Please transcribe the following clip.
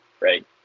right